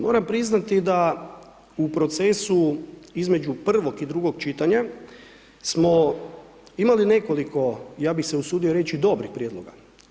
Moram priznati da u procesu između prvog i drugog čitanja smo imali nekoliko, ja bih se usudio reći, dobrih prijedloga.